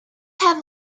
have